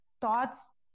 thoughts